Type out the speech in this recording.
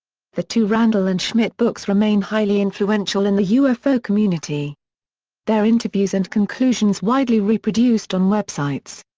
the two randle and schmitt books remain highly influential in the ufo community their interviews and conclusions widely reproduced on websites.